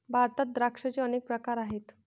भारतात द्राक्षांचे अनेक प्रकार आहेत